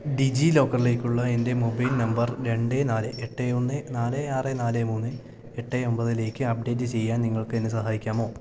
ഡിജീലോക്കറിലേക്കുള്ള എൻറ്റെ mobile number രണ്ട് നാല് എട്ട് ഒന്ന് നാല് ആറ് നാല് മൂന്ന് എട്ട് ഒൻപതിലേക്ക് അപ്ഡേറ്റ് ചെയ്യാൻ നിങ്ങൾക്കെന്നെ സഹായിക്കാമോ